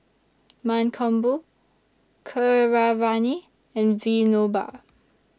Mankombu Keeravani and Vinoba